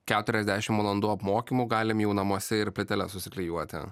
keturiasdešim valandų apmokymų galim jau namuose ir plyteles susiklijuoti